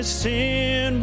sin